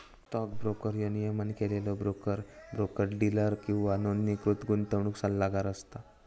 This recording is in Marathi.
स्टॉक ब्रोकर ह्यो नियमन केलेलो ब्रोकर, ब्रोकर डीलर किंवा नोंदणीकृत गुंतवणूक सल्लागार असता